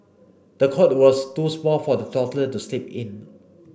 the cot was too small for the toddler to sleep in